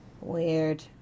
Weird